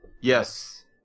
Yes